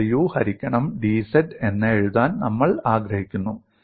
dw ഹരിക്കണം dz എന്ന് എഴുതാൻ നമ്മൾ ആഗ്രഹിക്കുന്നു